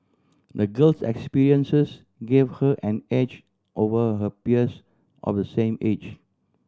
the girl's experiences gave her an edge over her peers of the same age